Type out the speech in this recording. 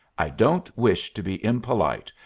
i don't wish to be impolite,